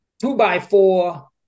two-by-four